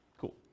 Cool